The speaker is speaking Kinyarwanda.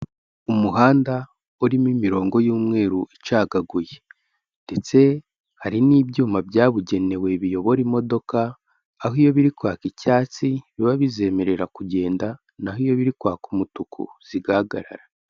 Umuhanda urimo imirongo y'umweru icagaguye ndetse hari n'ibyuma byabugenewe, biyobora imodoka, aho iyo biri kwaka icyatsi biba bizemerera kugenda, naho iyo biri kwaka umutuku zigahagarara.